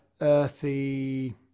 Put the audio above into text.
earthy